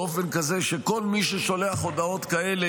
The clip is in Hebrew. באופן כזה שכל מי ששולח הודעות כאלה